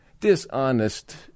dishonest